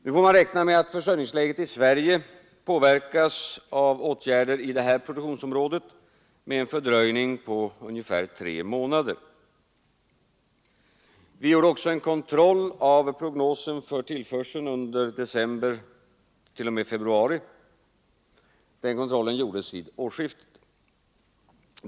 Nu får vi räkna med att försörjningsläget i Sverige påverkas av åtgärder i detta produktionsområde med en fördröjning på ungefär tre månader. Vi gjorde också en kontroll av prognosen för tillförseln under tiden december t.o.m. februari; den kontrollen gjordes vid årsskiftet.